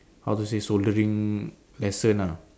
how to say soldering lesson lah